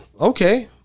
okay